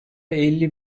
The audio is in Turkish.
elli